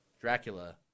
Dracula